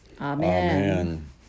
Amen